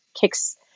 kicks